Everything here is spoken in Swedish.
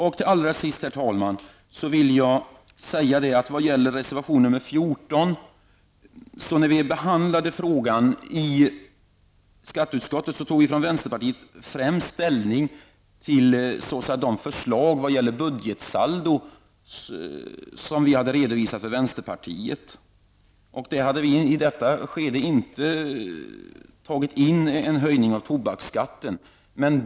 När det gäller reservation 14 vill jag säga att när vi behandlade frågan i skatteutskottet tog vi från vänsterpartiet främst ställning till de förslag beträffande budgetsaldot som vänsterpartiet hade redovisat. I detta skede hade vi inte tagit in en höjning av tobaksskatten.